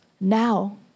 now